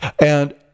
and-